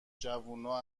جوونا